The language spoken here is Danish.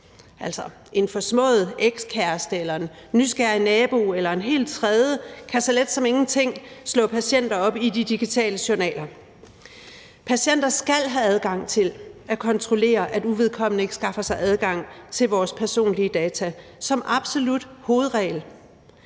Altså, en forsmået ekskæreste eller en nysgerrig nabo eller en helt tredje kan så let som ingenting slå patienter op i de digitale journaler. Patienter skal have adgang til at kontrollere, at uvedkommende ikke skaffer sig adgang til deres personlige data som absolut hovedregel,